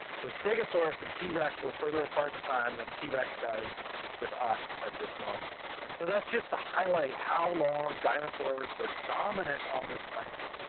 so stegosaurus and t-rex live further apart in time, than t-rex does with us at this moment. and so that's just the highlight how long dinosaurs were dominant on this planet.